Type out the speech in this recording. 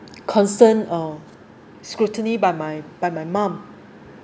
concern uh scrutiny by my by my mum